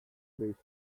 best